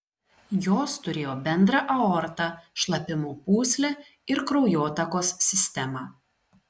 jos turėjo bendrą aortą šlapimo pūslę ir kraujotakos sistemą